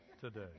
today